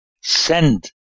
send